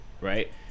right